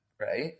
Right